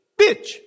bitch